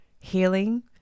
healing